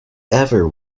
ever